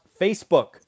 facebook